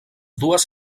dues